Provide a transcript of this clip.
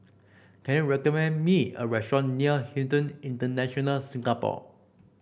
can you recommend me a restaurant near Hilton International Singapore